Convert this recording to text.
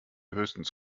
höchstens